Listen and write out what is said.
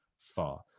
far